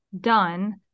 done